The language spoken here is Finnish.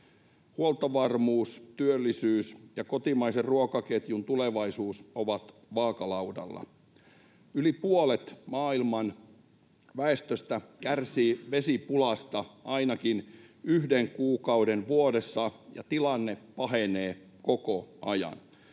Huoltovarmuus, työllisyys ja kotimaisen ruokaketjun tulevaisuus ovat vaakalaudalla. Yli puolet maailman väestöstä kärsii vesipulasta ainakin yhden kuukauden vuodessa, ja tilanne pahenee koko ajan.